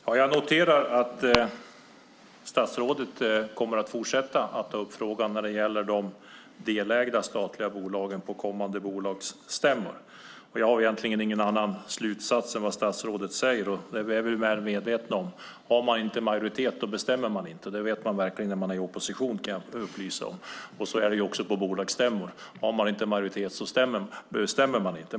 Herr talman! Jag noterar att statsrådet kommer att fortsätta ta upp frågan om de delägda statliga bolagen på kommande bolagsstämmor. Jag drar egentligen ingen annan slutsats än det som statsrådet säger. Vi är väl medvetna om detta. Om man inte har majoritet så bestämmer man inte. Det vet man verkligen när man är i opposition, kan jag upplysa om. Och så är det också på bolagsstämmor. Om man inte har majoritet så bestämmer man inte.